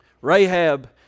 Rahab